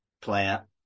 player